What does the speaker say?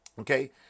Okay